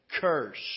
curse